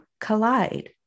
collide